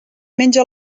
menja